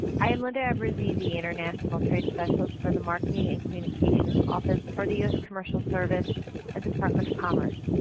i am linda abbruzzese, international trade specialist for the marketing and communications office for the u s. commercial service at the department of commerce.